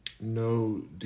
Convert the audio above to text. no